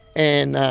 and